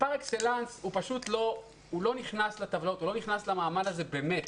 הוא לא נכנס לטבלאות, הוא לא נכנס למעמד הזה באמת.